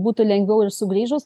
būtų lengviau ir sugrįžus